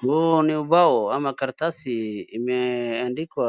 Huu ni umbao ama karatasi imeandikwa